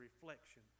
reflection